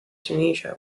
tunisia